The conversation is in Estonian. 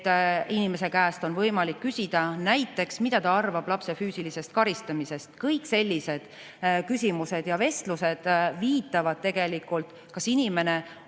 et inimese käest on võimalik küsida näiteks seda, mida ta arvab lapse füüsilisest karistamisest. Kõik sellised küsimused ja vestlused viitavad tegelikult, kas inimene